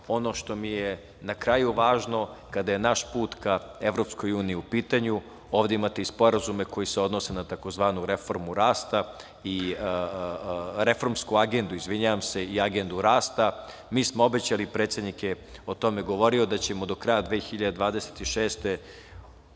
ono što mi je na kraju važno kada je naš put ka EU u pitanju, ovde imate i sporazume koji se odnose na tzv. reformu rasta, Reformsku agendu, izvinjavam se, i Agendu rasta. Mi smo obećali, predsednik je o tome govorio, da ćemo do kraja 2026.